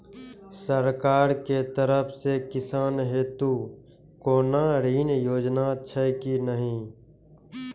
सरकार के तरफ से किसान हेतू कोना ऋण योजना छै कि नहिं?